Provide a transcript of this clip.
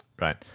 Right